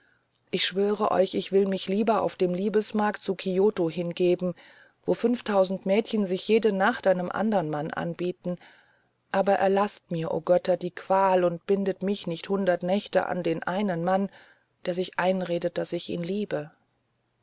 ich schwöre euch ich will mich lieber auf dem liebesmarkt zu tokio hingeben wo fünftausend mädchen sich jede nacht einem andern mann anbieten aber erlaßt mir o götter die qual und bindet mich nicht hundert nächte an den einen mann der sich einredet daß ich ihn liebe